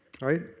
Right